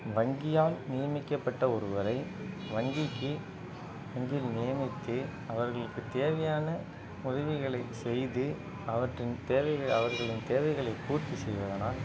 வங்கியால் நியமிக்கப்பட்ட ஒருவரை வங்கிக்கு வங்கியில் நியமித்து அவர்களுக்கு தேவையான உதவிகளை செய்து அவற்றின் தேவைகள் அவர்களின் தேவைகளை பூர்த்தி செய்வதனால்